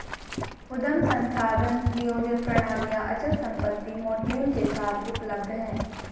उद्यम संसाधन नियोजन प्रणालियाँ अचल संपत्ति मॉड्यूल के साथ उपलब्ध हैं